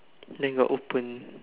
then got open